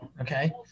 okay